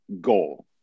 goal